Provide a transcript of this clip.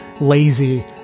lazy